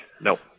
Nope